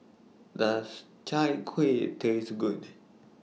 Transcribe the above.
Does Chai Kueh Taste Good